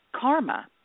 karma